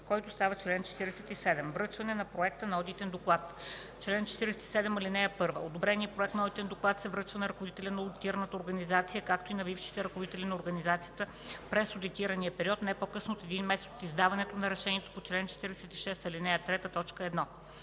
който става чл. 47: Връчване на проекта на одитен доклад Чл. 47. (1) Одобреният проект на одитен доклад се връчва на ръководителя на одитираната организация, както и на бившите ръководители на организацията през одитирания период, не по-късно от един месец от издаването на решението по чл. 46, ал. 3, т. 1.